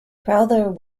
crowther